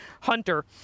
Hunter